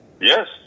Yes